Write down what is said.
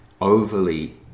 overly